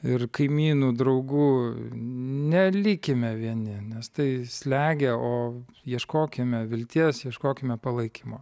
ir kaimynų draugų nelikime vieni nes tai slegia o ieškokime vilties ieškokime palaikymo